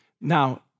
Now